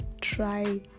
try